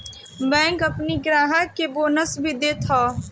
bank अपनी ग्राहक के बोनस भी देत हअ